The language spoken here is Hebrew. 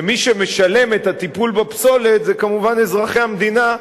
ומי שמשלם את הטיפול בפסולת זה כמובן אזרחי המדינה,